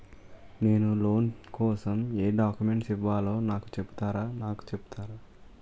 నేను లోన్ కోసం ఎం డాక్యుమెంట్స్ ఇవ్వాలో నాకు చెపుతారా నాకు చెపుతారా?